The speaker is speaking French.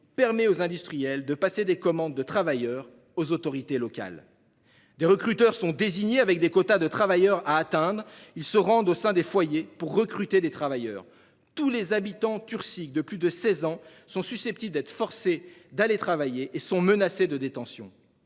permet aux industriels de passer des commandes de travailleurs aux autorités locales. Des recruteurs sont désignés et des quotas de travailleurs à atteindre, fixés. Ils se rendent au sein des foyers pour recruter des travailleurs. Tous les habitants turciques de plus de 16 ans sont susceptibles d'être forcés d'aller travailler et sont menacés de détention.